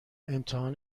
امتحان